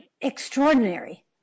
extraordinary